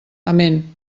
amén